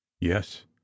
yes